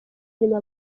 inyuma